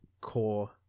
core